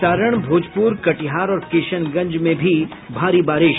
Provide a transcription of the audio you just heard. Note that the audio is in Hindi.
सारण भोजपुर कटिहार और किशनगंज में भी भारी बारिश